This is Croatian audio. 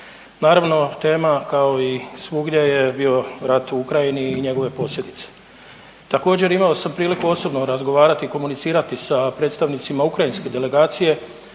naravno tema kao i svugdje je bio rat u Ukrajini i njegove posljedice. Također imao sam priliku osobno razgovarati, komunicirati sa predstavnicima ukrajinske delegacije